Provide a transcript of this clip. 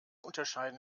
unterscheiden